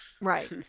Right